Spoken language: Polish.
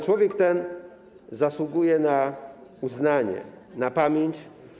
Człowiek ten zasługuje na uznanie, na pamięć.